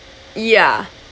ya